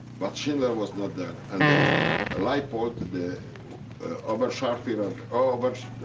but schindler was not there and ah liepold, the oberscharfuhrer, um ah but